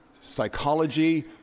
psychology